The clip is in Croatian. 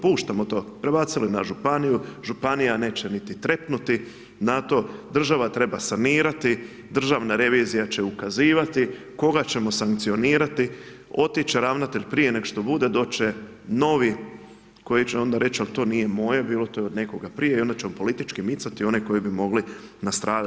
Puštamo to, prebacili na županiju, županija neće niti trepnuti na to, država treba sanirati, Državna revizija će ukazivati, koga ćemo sankcionirati, otići će ravnatelj prije nego što bude, doći će novi koji će onda reći, ali to nije moje bilo, to je od nekoga prije, a onda ćemo politički micati one koji bi mogli nastradati.